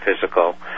physical